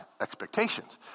expectations